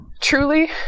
Truly